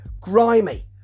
grimy